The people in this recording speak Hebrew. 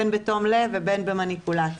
בין בתום לב ובין במניפולציה.